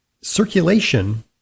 circulation